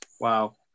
Wow